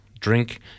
drink